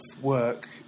work